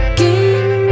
game